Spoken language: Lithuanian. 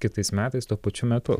kitais metais tuo pačiu metu